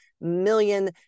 million